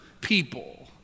people